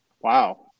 Wow